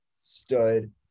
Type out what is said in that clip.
stood